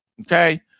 Okay